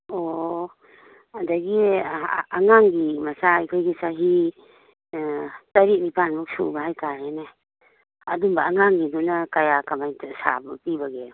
ꯑꯣ ꯑꯗꯒꯤ ꯑꯉꯥꯡꯒꯤ ꯃꯆꯥ ꯑꯩꯈꯣꯏꯒꯤ ꯆꯍꯤ ꯇꯔꯦꯠ ꯅꯤꯄꯥꯜꯃꯨꯛ ꯁꯨꯕ ꯍꯥꯏꯇꯥꯔꯦꯅꯦ ꯑꯗꯨꯝꯕ ꯑꯉꯥꯡꯒꯤꯗꯨꯅ ꯀꯌꯥ ꯀꯃꯥꯏ ꯁꯥꯕ ꯄꯤꯕꯒꯦ